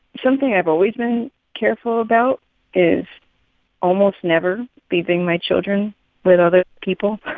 something i've always been careful about is almost never leaving my children with other people.